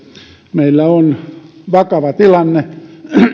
meillä on vakava tilanne